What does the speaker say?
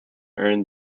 earned